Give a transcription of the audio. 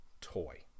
toy